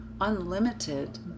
unlimited